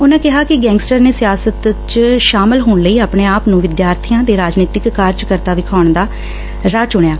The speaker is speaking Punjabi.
ਉਨ੍ਹਾ ਕਿਹਾ ਕਿ ਗੈਂਗਸਟਰ ਨੇ ਸਿਆਸਤ ਚ ਸ਼ਾਮਲ ਹੋਣ ਲਈ ਆਪਣੇ ਆਪ ਨੂੰ ਵਿਦਿਆਰਥੀਆਂ ਤੇ ਰਾਜਨੀਤਿਕ ਕਾਰਜਕਰਤਾ ਵਿਖਾਉਣ ਦਾ ਰਾਹ ਚੁਣਿਆ